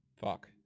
Fuck